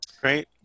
Great